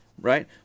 right